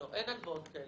לא, אין הלוואות כאלה.